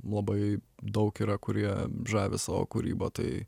labai daug yra kurie žavi savo kūryba tai